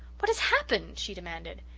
what has happened? she demanded.